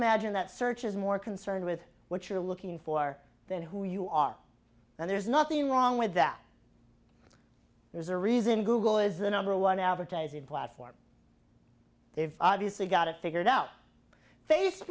magine that search is more concerned with what you're looking for than who you are and there's nothing wrong with that there's a reason google is the number one advertising platform they've obviously got it figured out face